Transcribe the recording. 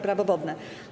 Prawo wodne.